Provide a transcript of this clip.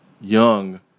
young